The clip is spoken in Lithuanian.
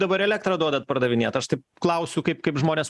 dabar elektrą duodat pardavinėt aš taip klausiu kaip kaip žmonės